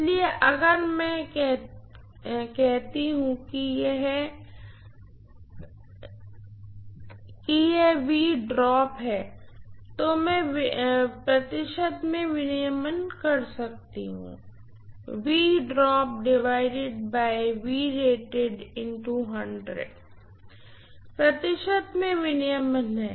इसलिए अब अगर मैं कह कह सकती हूँ कि यह है तो मैं प्रतिशत में विनियमन कह सकती हूँ प्रतिशत में विनियमन है